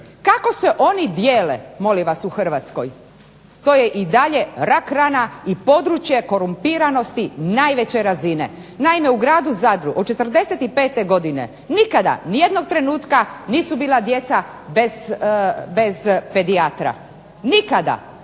Kako se oni dijele, molim vas u Hrvatskoj? To je i dalje rak rana i područje korumpiranosti najveće razine. Naime, u gradu Zadru od '45. godine nikada ni jednoga trenutka nisu bila djeca bez pedijatra, nikada.